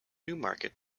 newmarket